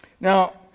Now